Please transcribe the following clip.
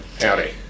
Howdy